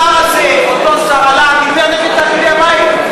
השר הזה, אותו שר, עלה ודיבר נגד תאגידי המים.